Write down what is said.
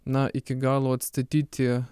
na iki galo atstatyti